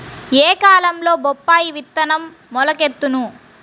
ఏ కాలంలో బొప్పాయి విత్తనం మొలకెత్తును?